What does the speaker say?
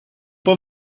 può